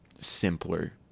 simpler